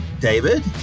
David